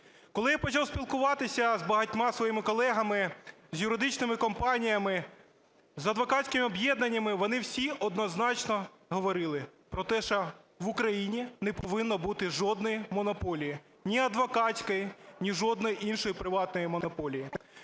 Коли я почав спілкуватися з багатьма своїми колегами, з юридичними компаніями, з адвокатськими об'єднаннями, вони всі однозначно говорили про те, що в Україні не повинно бути жодної монополії – ні адвокатської, ні жодної іншої приватної монополії.